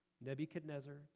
Nebuchadnezzar